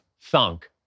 thunk